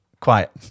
quiet